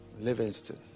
Livingston